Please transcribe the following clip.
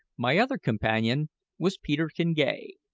my other companion was peterkin gay.